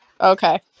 Okay